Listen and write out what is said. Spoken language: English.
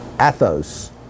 Athos